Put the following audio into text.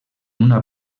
una